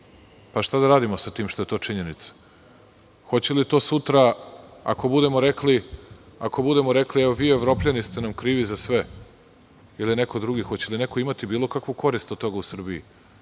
Pa, šta da radimo sa tim što je to činjenica? Hoće li to sutra, ako budemo rekli – evo, vi Evropljani ste nam krivi za sve ili neko drugi, neko imati bilo kakvu korist od toga u Srbiji?